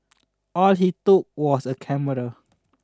all he took was a camera